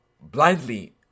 blindly